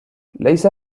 ليس